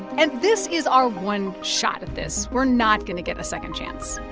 and this is our one shot at this. we're not going to get a second chance